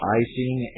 icing